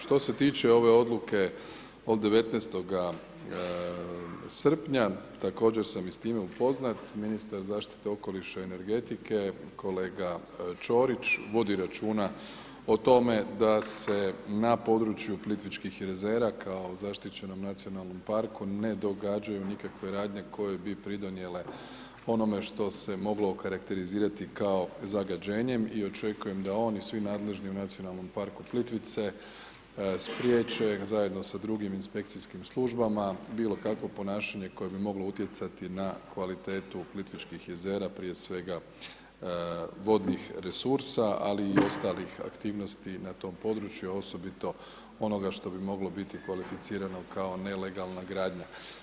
Što se tiče ove odluke od 19.7. također sam s time upoznat, ministar zaštite okoliša i energetike, kolega Čorić vodi računa o tome, da se na području Plitvičkih jezera, kao zaštićenom nacionalnom parku, ne događaju nikakve radnje, koje bi pridonijele onome što se moglo okarakterizirati kao zagađenjem i očekujem da i on i svi nadležni u nacionalnom parku Plitvice spriječe zajedno s drugim inspekcijskim službama, bilo kakvo ponašanje, koje bi moglo utjecati na kvalitetu Plitvičkih jezera, prije svega vodnih resursa, ali i ostalih aktivnosti na tom području, osobito onoga što bi moglo biti kvalificirano kao nelegalna gradnja.